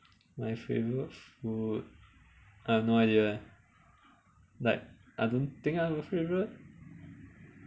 my favourite food I have no idea leh like I don't think I have a favourite